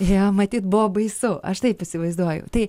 jo matyt buvo baisu aš taip įsivaizduoju tai